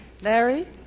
Larry